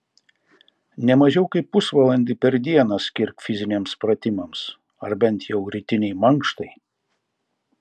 ne mažiau kaip pusvalandį per dieną skirk fiziniams pratimams ar bent jau rytinei mankštai